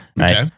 Okay